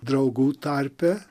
draugų tarpe